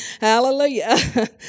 hallelujah